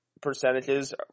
percentages